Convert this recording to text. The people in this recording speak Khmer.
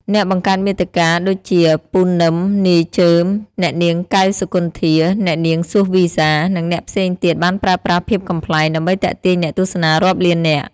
អ្នកបង្កើតមាតិកាដូចជា ពូណឹម, នាយចឺម, អ្នកនាង កែវ សុគន្ធា, អ្នកនាង សួស វីហ្សា, និងអ្នកផ្សេងទៀតបានប្រើប្រាស់ភាពកំប្លែង ដើម្បីទាក់ទាញអ្នកទស្សនារាប់លាននាក់។